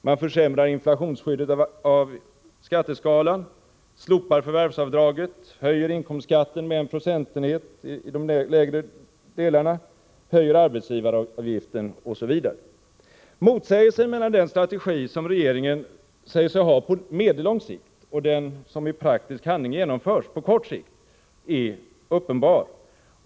Man försämrar inflationsskyddet av skatteskalan, slopar förvärvsavdraget, höjer inkomstskatten med en procentenhet i de lägre inkomstskikten, höjer arbetsgivaravgiften osv. Motsägelsen mellan den strategi som regeringen säger sig ha på medellång sikt och den som i praktisk handling genomförs på kort sikt är uppenbar.